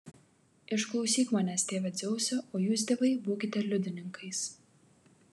išklausyk manęs tėve dzeuse o jūs dievai būkite liudininkais